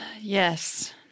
Yes